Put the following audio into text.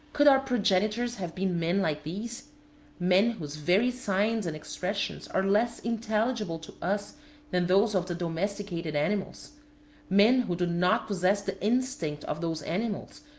could our progenitors have been men like these men whose very signs and expressions are less intelligible to us than those of the domesticated animals men who do not possess the instinct of those animals,